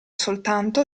soltanto